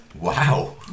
wow